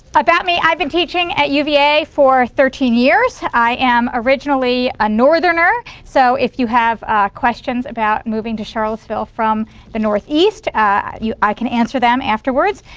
about me i've been teaching at uva for thirteen years. i am originally a northerner so if you have questions about moving to charlottesville from the northeast ah i can answer them afterwards.